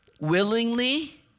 Willingly